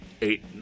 eight